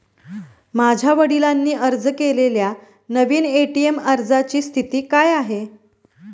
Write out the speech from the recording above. माझ्या वडिलांनी अर्ज केलेल्या नवीन ए.टी.एम अर्जाची स्थिती काय आहे?